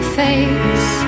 face